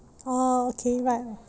orh okay right